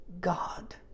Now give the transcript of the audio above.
god